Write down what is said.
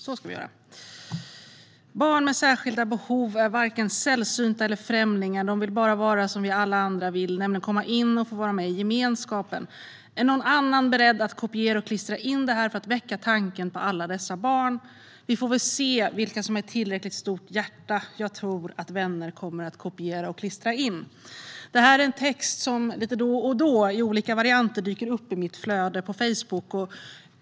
Herr talman! "Barn med särskilda behov är varken sällsynta eller främlingar. De vill bara det som vi alla andra vill, nämligen att komma in och få vara med i gemenskapen! Är någon beredd att kopiera och klistra in den här för att väcka tanken på alla dessa barn? Vi får väl se vilka som har ett tillräckligt stort hjärta. Jag tror att vänner kommer att kopiera och klistra in!!!!" Det här är en text som lite då och då, i olika varianter, dyker upp i mitt flöde på Facebook.